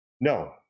No